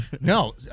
No